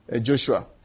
Joshua